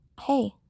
hey